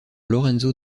lorenzo